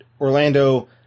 Orlando